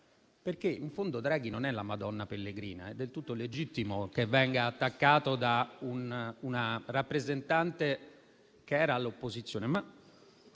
perché in fondo Draghi non è la Madonna Pellegrina ed è del tutto legittimo che venga attaccato da una rappresentante che era all'opposizione.